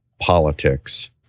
politics